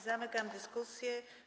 Zamykam dyskusję.